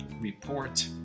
report